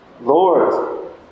Lord